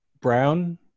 brown